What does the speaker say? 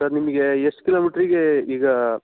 sir ನಿಮಗೆ ಎಷ್ಟು ಕಿಲೋಮೀಟ್ರಿಗೆ ಈಗ